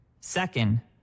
Second